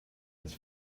his